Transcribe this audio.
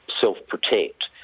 self-protect